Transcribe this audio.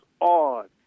on